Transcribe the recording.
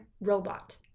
robot